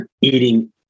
eating